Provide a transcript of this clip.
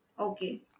Okay